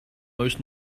most